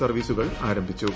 സർവ്വീസുകൾ ആരംഭിച്ചു